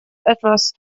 etwas